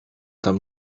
tam